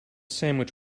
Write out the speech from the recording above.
sandwich